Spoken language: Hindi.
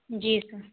जी सर